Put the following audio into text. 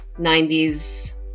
90s